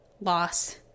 loss